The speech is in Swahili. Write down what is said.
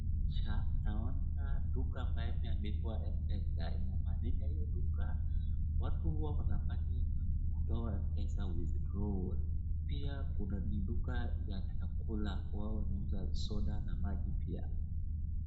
Picha naona duka ambayo imeandikwa mpesa, inamaanisha hiyo duka, watu huwa wanapata kutoa pesa withdrawal pia kuna ni duka ya chakula ambao wanauza soda na maji pia.